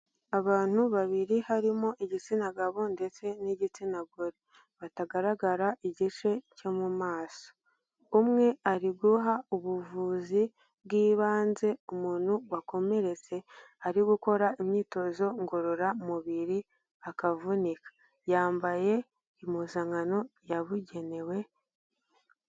Abantu babiri harimo igitsina gabo ndetse n'igitsina gore batagaragara igice cyo mu maso, umwe ari guha ubuvuzi bw'ibanze umuntu wakomeretse ari gukora imyitozo ngororamubiri akavunika, yambaye impuzankano yabugenewe.